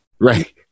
right